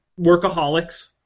Workaholics